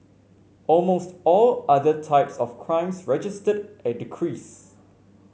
almost all other types of crimes registered a decrease